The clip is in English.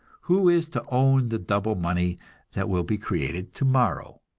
who is to own the double money that will be created tomorrow?